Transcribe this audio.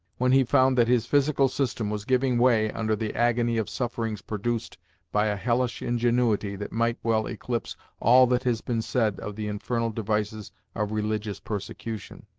when he found that his physical system was giving way under the agony of sufferings produced by a hellish ingenuity that might well eclipse all that has been said of the infernal devices of religious persecution.